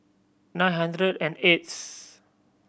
nine hundred and eighth